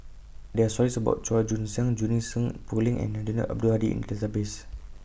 There Are stories about Chua Joon Siang Junie Sng Poh Leng and Eddino Abdul Hadi in The Database